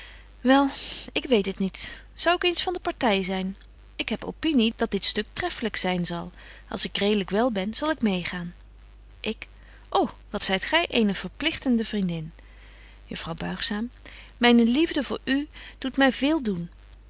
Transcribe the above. wel ik weet het niet zou ik eens van de party zyn ik heb opinie dat dit stuk treffelyk zyn zal als ik redelyk wel ben zal ik meê gaan ik o wat zyt gy eene verpligtende vriendin juffrouw buigzaam myne liefde voor u doet my veel doen